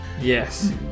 Yes